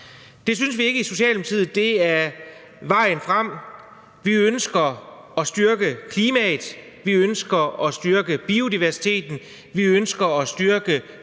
Det synes vi ikke i Socialdemokratiet er vejen frem. Vi ønsker at styrke klimaet, vi ønsker at styrke biodiversiteten, vi ønsker at styrke